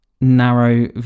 narrow